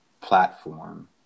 platform